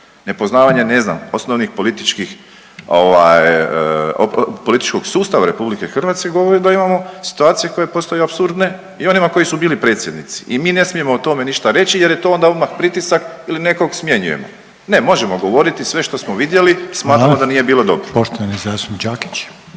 Nepoznavanje, ne znam, osnovnih političkih ovaj, političkog sustava RH, govori da imamo situacije koje postaju apsurdne i onima koji su bili i predsjednici i mi ne smijemo o tome ništa reći jer je to onda odmah pritisak ili nekog smjenjujemo. Ne, možemo govoriti sve što smo vidjeli, smatramo da nije bilo dobro. **Reiner, Željko